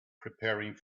preparing